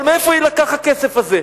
אבל מאיפה יילקח הכסף הזה?